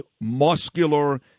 muscular